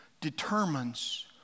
determines